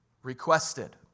Requested